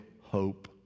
hope